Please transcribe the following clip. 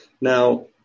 Now